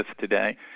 today